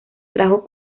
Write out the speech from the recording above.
trajo